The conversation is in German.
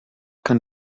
kann